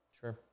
Sure